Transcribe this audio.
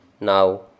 Now